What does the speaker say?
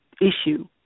issue